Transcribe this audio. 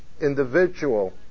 individual